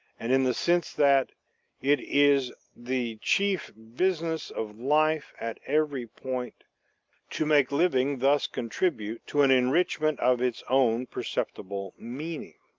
and in the sense that it is the chief business of life at every point to make living thus contribute to an enrichment of its own perceptible meaning.